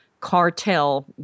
cartel